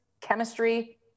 chemistry